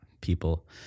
people